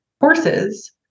horses